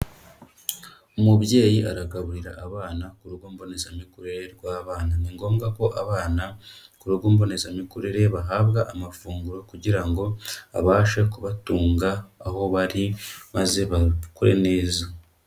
Umubyeyi aragaburira abana ku rugo mbonezamikurire rw'abana. Ni ngombwa ko abana ku rugo mbonezamikurire bahabwa amafunguro kugira ngo abashe kubatunga aho bari, maze bakure neza.